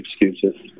excuses